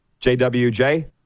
JWJ